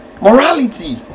Morality